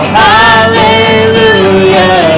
hallelujah